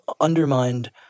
undermined